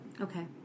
Okay